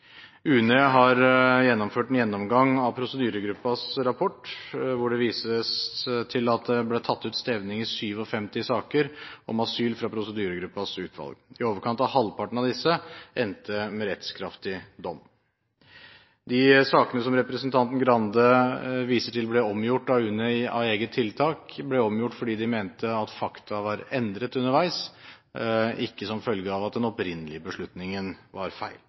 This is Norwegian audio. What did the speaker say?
UNE har foretatt en gjennomgang av prosedyregruppens rapport, hvor det vises til at det ble tatt ut stevning i 57 saker om asyl fra prosedyregruppens utvalg. I overkant av halvparten av disse endte med rettskraftig dom. De sakene som representanten Skei Grande viser til ble omgjort av UNE av eget tiltak, ble omgjort fordi de mente at fakta var endret underveis – ikke som følge av at den opprinnelige beslutningen var feil.